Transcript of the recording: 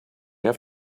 have